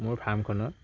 মোৰ ফাৰ্মখনত